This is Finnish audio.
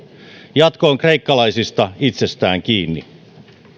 jatko on kreikkalaisista itsestään kiinni